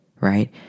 right